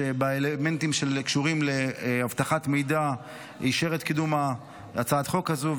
שבאלמנטים שקשורים לאבטחת מידע אישר את קידום הצעת החוק הזאת,